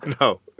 No